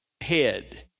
head